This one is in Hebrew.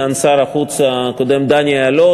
סגן שר החוץ הקודם דני אילון,